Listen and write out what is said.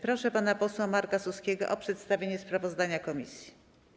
Proszę pana posła Marka Suskiego o przedstawienie sprawozdania komisji.